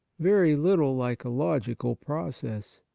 very little like a logical process.